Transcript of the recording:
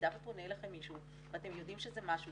במידה ופונה אליכם מישהו ואתם יודעים שזה משהו